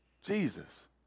Jesus